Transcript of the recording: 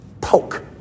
poke